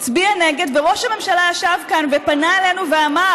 הצביעה נגד, וראש הממשלה ישב כאן ופנה אלינו ואמר: